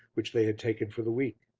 which they had taken for the week.